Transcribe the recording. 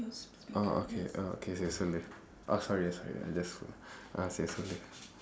oh okay okay sorry oh sorry sorry I just say sorry